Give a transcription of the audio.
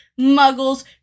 muggles